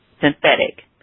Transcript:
synthetic